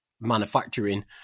manufacturing